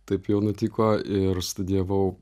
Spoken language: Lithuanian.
taip jau nutiko ir studijavau